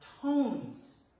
tones